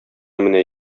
менә